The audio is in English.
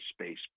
space